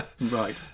right